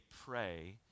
pray